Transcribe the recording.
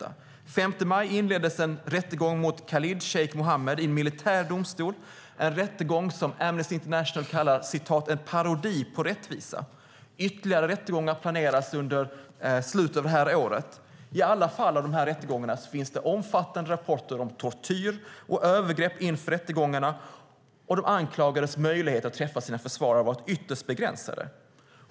Den 5 maj inleddes en rättegång mot Khalid Sheikh Mohammed i en militär domstol, en rättegång som Amnesty International kallar en parodi på rättvisa. Ytterligare rättegångar planeras i slutet av det här året. Från samtliga dessa rättegångar finns det omfattande rapporter om tortyr och övergrepp inför rättegångarna, och de anklagades möjligheter att träffa sina försvarare har varit ytterst begränsade.